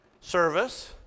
service